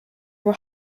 were